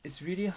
it's really